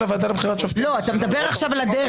מילה במילה כדי שלא יגידו שאני מעוות: "דב